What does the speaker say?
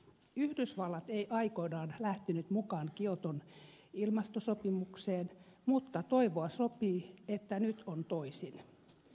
yhdysvallat ei aikoinaan lähtenyt mukaan kioton ilmastosopimukseen mutta toivoa sopii että nyt on toisin